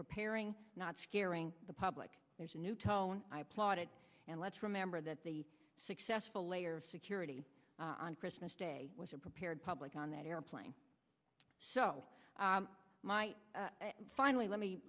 preparing not scaring the public there's a new tone i applaud it and let's remember that the successful layer of security on christmas day was a prepared public on that airplane so my finally let me